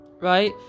right